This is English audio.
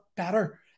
Better